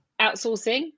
outsourcing